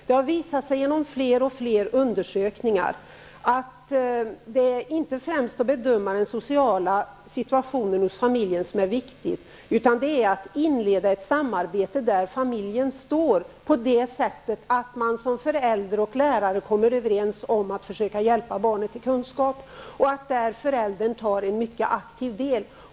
Det har visat sig i flera undersökningar att det viktiga är inte att bedöma familjens sociala situation, utan att inleda ett samarbete där föräldrar och lärare kommer överens om att försöka hjälpa barnet till kunskap. I detta samarbete skall föräldrarna ta en mycket aktiv del.